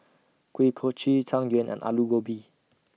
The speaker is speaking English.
Kuih Kochi Tang Yuen and Aloo Gobi